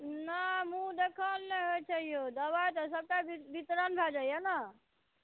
नहि मुँह देखन नहि होइ छै यौ दवाइ सभटा वितरण भऽ जाइया ने